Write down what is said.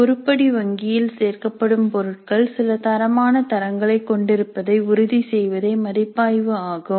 உருப்படி வங்கியில் சேர்க்கப்படும் பொருட்கள் சில தரமான தரங்களை கொண்டிருப்பதை உறுதி செய்வதே மதிப்பாய்வு ஆகும்